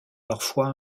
parfois